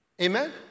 Amen